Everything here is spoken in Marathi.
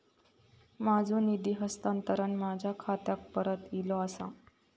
माझो निधी हस्तांतरण माझ्या खात्याक परत इले आसा